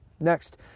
Next